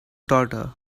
daughter